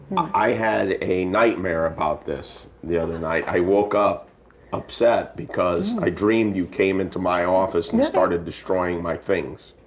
i had a nightmare about this the other night. i woke up upset because i dreamed you came in my office and started destroying my things.